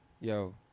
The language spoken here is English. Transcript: Yo